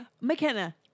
McKenna